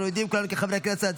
אנחנו יודעים כולנו, כחברי כנסת,